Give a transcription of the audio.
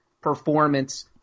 performance